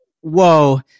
whoa